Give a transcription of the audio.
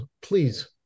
Please